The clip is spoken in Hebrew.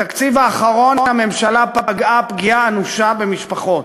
בתקציב האחרון הממשלה פגעה פגיעה אנושה במשפחות,